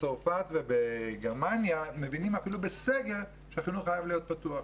בצרפת ובגרמניה מבינים שאפילו בסגר החינוך חייב להיות פתוח?